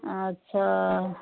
ଆଚ୍ଛା